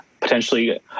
potentially